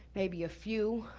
maybe a few,